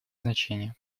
значение